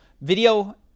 video